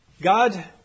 God